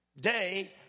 Day